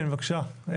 כן, בבקשה.